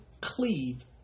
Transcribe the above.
cleave